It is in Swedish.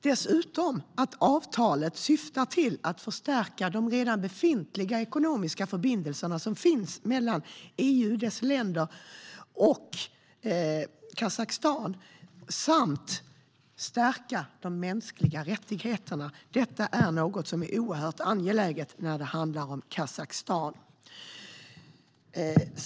Dessutom syftar avtalet till att stärka de redan befintliga ekonomiska förbindelser som finns mellan EU och dess länder och Kazakstan samt till att stärka de mänskliga rättigheterna. Detta är oerhört angeläget när det handlar om Kazakstan.